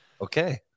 okay